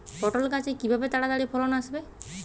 পটল গাছে কিভাবে তাড়াতাড়ি ফলন আসবে?